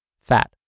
Fat